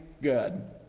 good